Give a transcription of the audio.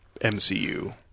MCU